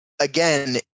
again